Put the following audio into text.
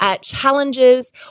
challenges